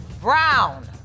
Brown